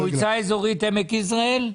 מועצה אזורית עמק יזרעאל.